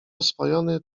oswojony